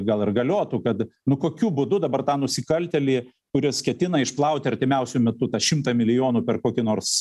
gal ir galiotų kad nu kokiu būdu dabar tą nusikaltėlį kuris ketina išplauti artimiausiu metu tą šimtą milijonų per kokį nors